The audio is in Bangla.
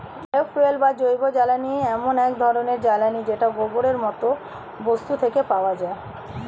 বায়ো ফুয়েল বা জৈবজ্বালানী এমন এক ধরণের জ্বালানী যেটা গোবরের মতো বস্তু থেকে পাওয়া যায়